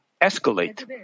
escalate